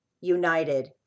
united